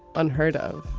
unheard of.